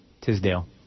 Tisdale